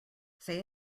say